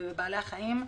ובבעלי החיים,